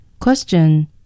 Question